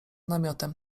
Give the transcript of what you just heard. namiotem